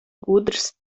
gudrs